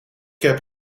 heb